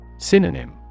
Synonym